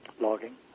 logging